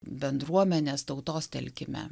bendruomenės tautos telkime